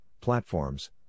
platforms